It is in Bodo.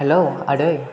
हेल्ल' आदै